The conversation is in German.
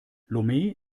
lomé